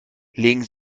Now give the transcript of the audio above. legen